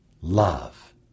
love